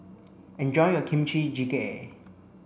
enjoy your Kimchi Jjigae